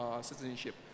citizenship